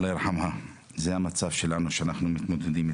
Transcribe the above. זה המצב שלנו, איתו אנחנו מתמודדים.